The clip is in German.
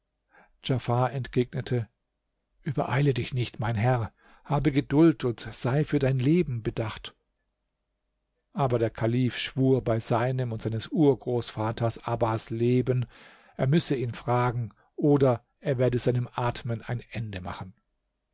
entgegnete übereile dich nicht mein herr habe geduld und sei für dein leben bedacht aber der kalif schwur bei seinem und seines urgroßvaters abbas leben er müsse ihn fragen oder er werde seinem atmen ein ende machen